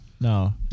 No